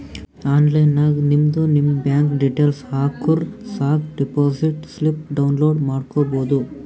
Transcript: online ನಾಗ್ ನಿಮ್ದು ನಿಮ್ ಬ್ಯಾಂಕ್ ಡೀಟೇಲ್ಸ್ ಹಾಕುರ್ ಸಾಕ್ ಡೆಪೋಸಿಟ್ ಸ್ಲಿಪ್ ಡೌನ್ಲೋಡ್ ಮಾಡ್ಕೋಬೋದು